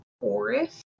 forest